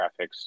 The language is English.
graphics